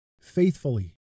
faithfully